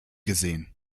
gesehen